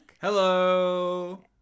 Hello